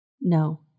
No